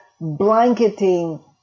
blanketing